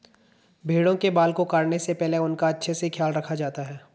भेड़ों के बाल को काटने से पहले उनका अच्छे से ख्याल रखा जाता है